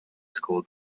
school